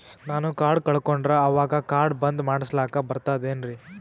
ನಾನು ಕಾರ್ಡ್ ಕಳಕೊಂಡರ ಅವಾಗ ಕಾರ್ಡ್ ಬಂದ್ ಮಾಡಸ್ಲಾಕ ಬರ್ತದೇನ್ರಿ?